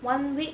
one week